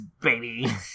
baby